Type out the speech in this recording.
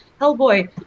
Hellboy